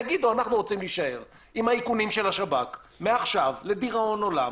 תגידו: אנחנו רוצים להישאר עם איכוני השב"כ מעכשיו ועד לדיראון עולם,